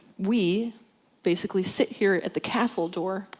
we basically sit here at the castle door,